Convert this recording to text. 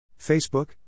Facebook